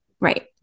Right